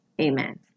Amen